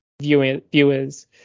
viewers